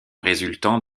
résultant